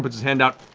but his hand out.